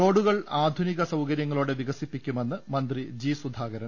റോഡുകൾ ആധുനിക സൌകര്യങ്ങളോടെ വികസിപ്പിക്കുമെന്ന് മന്ത്രി ജി സുധാകരൻ